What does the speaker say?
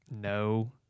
no